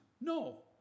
No